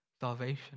salvation